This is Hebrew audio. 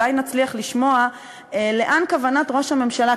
אולי נצליח לשמוע לאן כוונת ראש הממשלה.